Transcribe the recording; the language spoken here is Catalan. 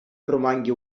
romangui